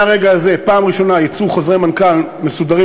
מהרגע הזה פעם ראשונה יצאו חוזרי מנכ"ל מסודרים,